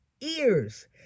ears